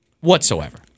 Whatsoever